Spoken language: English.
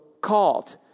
called